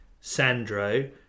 Sandro